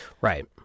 right